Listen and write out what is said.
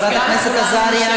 חברת הכנסת עזריה,